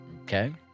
Okay